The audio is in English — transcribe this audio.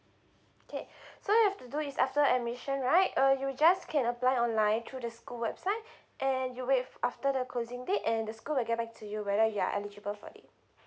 okay so all you have to do is after admission right uh you just can apply online through the school website and you wait after the closing date and the school will get back to you whether you are eligible for it